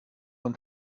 von